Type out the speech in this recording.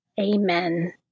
Amen